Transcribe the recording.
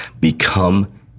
Become